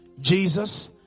Jesus